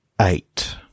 eight